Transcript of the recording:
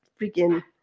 freaking